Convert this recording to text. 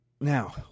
Now